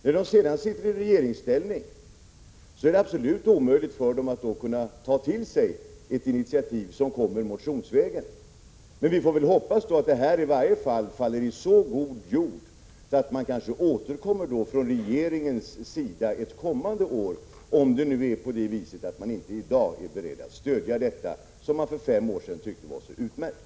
När de sitter i regeringsställning är det absolut omöjligt för dem att kunna ta till sig ett initiativ som kommer motionsvägen. Vi får väl hoppas att detta ändå faller i så god jord att regeringen kanske återkommer ett kommande år, om socialdemokraterna nu inte i dag är beredda att stödja detta förslag som man för fem år sedan tyckte var så utmärkt.